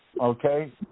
Okay